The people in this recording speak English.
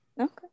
okay